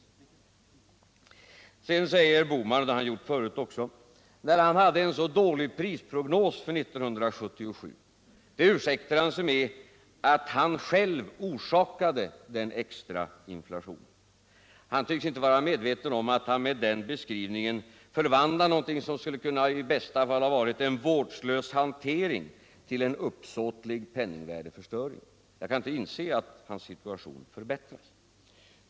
Herr Bohman säger — och han har gjort det förut också — att hans dåliga prisprognos för 1977 ursäktas av att han själv förorsakade den extra inflationen. Han tycks inte vara medveten om att han med den beskrivningen förvandlar någonting som skulle kunna i bästa fall ha varit en vårdslös hantering till en uppsåtlig penningvärdeförstöring. Jag kan inte inse att hans situation förbättras.